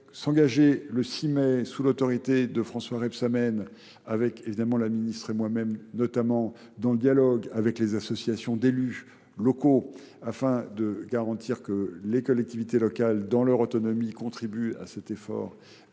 s'engager le 6 mai sous l'autorité de François Repsamène avec évidemment la ministre et moi-même notamment dans le dialogue avec les associations d'élus locaux afin de garantir que les collectivités locales dans leur autonomie contribuent à cet effort de